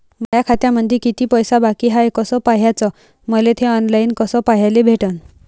माया खात्यामंधी किती पैसा बाकी हाय कस पाह्याच, मले थे ऑनलाईन कस पाह्याले भेटन?